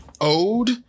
owed